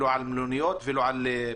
מלוניות או בתי-חולים?